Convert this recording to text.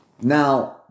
Now